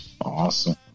awesome